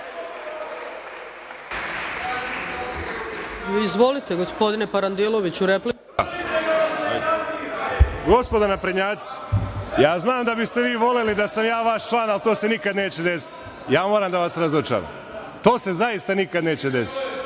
Izvolite, gospodine Parandiloviću, replika. **Miloš Parandilović** Gospodo naprednjaci, ja znam da biste vi voleli da sam ja vaš član, ali to se nikada neće desiti. Ja moram da vas razočaram. To se zaista nikada neće desiti.